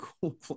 cool